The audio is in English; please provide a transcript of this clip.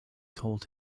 told